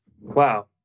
Wow